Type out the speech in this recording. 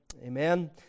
Amen